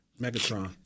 Megatron